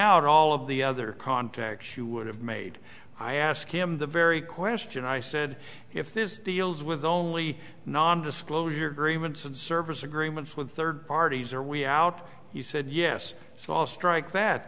out all of the other contacts you would have made i ask him the very question i said if this deals with only nondisclosure agreements and service agreements with third parties are we out he said yes so i'll strike that